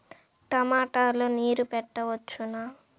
టమాట లో నీరు పెట్టవచ్చునా?